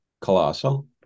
Colossal